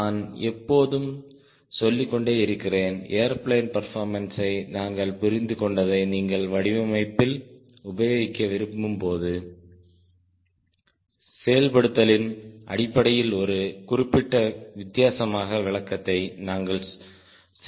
நான் எப்போதும் சொல்லிக் கொண்டே இருக்கிறேன் ஏர்பிளேன் பெர்போர்மன்ஸை நாங்கள் புரிந்துகொண்டதை நீங்கள் வடிவமைப்பில் உபயோகிக்க விரும்பும் போது செயல்படுத்தலின் அடிப்படையில் ஒரு குறிப்பிட்ட வித்தியாசமான விளக்கத்தை நாங்கள் செய்வோம்